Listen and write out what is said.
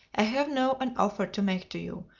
i have now an offer to make to you,